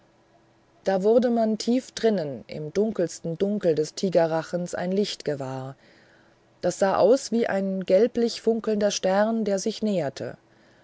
da wurde man tief drinnen im dunkelsten dunkel des tigerrachens ein licht gewahr das sah aus wie ein gelblich funkelnder stern der sich näherte